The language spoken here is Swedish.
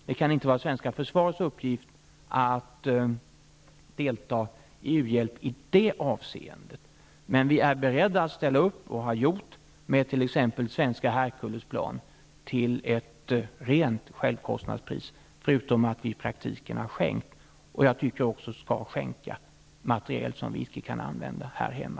Det kan inte vara svenska försvarets uppgift att delta i u-hjälp i det avseendet. Men vi är beredda att ställa upp, och har gjort det med t.ex. svenska Herkulesplan till ett rent självkostnadspris, förutom att vi i praktiken har skänkt, och skall skänka, materiel som vi icke kan använda här hemma.